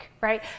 right